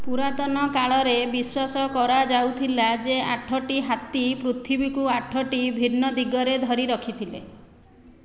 ପୁରାତନ କାଳରେ ବିଶ୍ୱାସ କରାଯାଉଥିଲା ଯେ ଆଠଟି ହାତୀ ପୃଥିବୀକୁ ଆଠଟି ଭିନ୍ନ ଦିଗରେ ଧରି ରଖିଥିଲେ